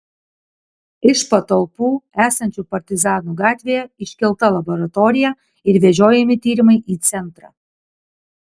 iš patalpų esančių partizanų gatvėje iškelta laboratorija ir vežiojami tyrimai į centrą